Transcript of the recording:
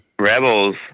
Rebels